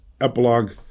epilogue